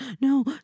no